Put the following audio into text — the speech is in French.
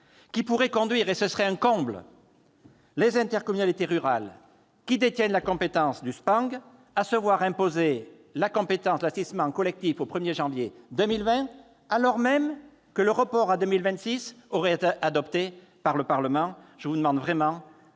qui pourrait conduire- ce serait un comble ! -les intercommunalités rurales détenant la compétence du SPANC à se voir imposer la compétence de l'assainissement collectif dès le 1 janvier 2020, alors même que le report à 2026 aurait été adopté par le Parlement. Je vous demande vraiment